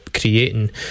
creating